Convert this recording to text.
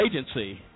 agency